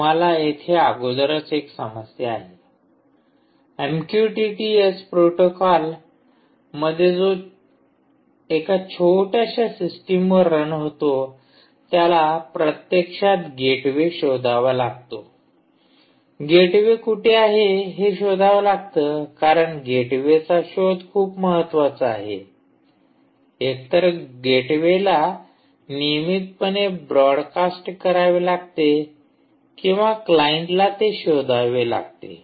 तुम्हाला येथे अगोदरच एक समस्या आहे एमक्यूटीटी एस प्रोटोकॉल मध्ये जो एका छोट्याशा सिस्टीमवर रन होतो त्याला प्रत्यक्षात गेटवे शोधावा लागतो गेटवे कुठे आहे हे शोधावं लागतं कारण गेटवेचा शोध खूप महत्त्वाचा आहे एकतर गेटवेला नियमितपणे ब्रॉडकास्ट करावे लागते किंवा क्लायंटला ते शोधावे लागते